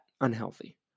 unhealthy